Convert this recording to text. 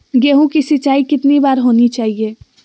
गेहु की सिंचाई कितनी बार होनी चाहिए?